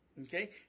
okay